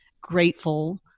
grateful